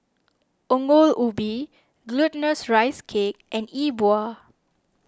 Ongol Ubi Glutinous Rice Cake and E Bua